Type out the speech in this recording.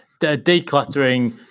decluttering